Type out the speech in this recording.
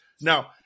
Now